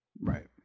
Right